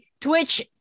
Twitch